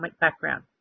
background